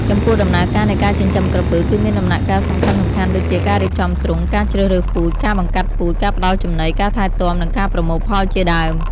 ចំពោះដំណើរការនៃការចិញ្ចឹមក្រពើ គឺមានដំណាក់កាលសំខាន់ៗដូចជា ការរៀបចំទ្រុង ការជ្រើសរើសពូជ ការបង្កាត់ពូជ ការផ្តល់ចំណី ការថែទាំ និងការប្រមូលផលជាដើម។